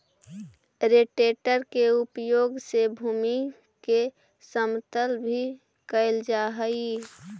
rotator के उपयोग से भूमि के समतल भी कैल जा हई